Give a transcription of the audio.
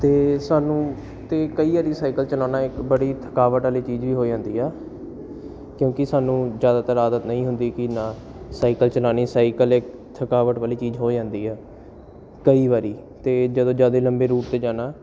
ਅਤੇ ਸਾਨੂੰ ਅਤੇ ਕਈ ਵਾਰੀ ਸਾਈਕਲ ਚਲਾਉਣਾ ਇੱਕ ਬੜੀ ਥਕਾਵਟ ਵਾਲੀ ਚੀਜ਼ ਵੀ ਹੋ ਜਾਂਦੀ ਆ ਕਿਉਂਕਿ ਸਾਨੂੰ ਜ਼ਿਆਦਾਤਰ ਆਦਤ ਨਹੀਂ ਹੁੰਦੀ ਕਿ ਨਾ ਸਾਈਕਲ ਚਲਾਉਣੀ ਸਾਈਕਲ ਇੱਕ ਥਕਾਵਟ ਵਾਲੀ ਚੀਜ਼ ਹੋ ਜਾਂਦੀ ਆ ਕਈ ਵਾਰੀ ਤਾਂ ਜਦੋਂ ਜ਼ਿਆਦਾ ਲੰਬੇ ਰੂਟ 'ਤੇ ਜਾਣਾ